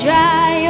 Dry